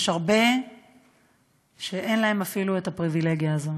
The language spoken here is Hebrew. יש הרבה שאין להם אפילו הפריבילגיה הזו.